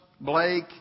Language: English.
Blake